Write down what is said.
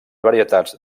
varietats